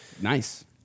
Nice